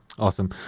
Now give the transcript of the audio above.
Awesome